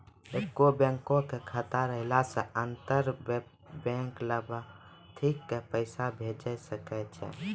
एक्के बैंको के खाता रहला से अंतर बैंक लाभार्थी के पैसा भेजै सकै छै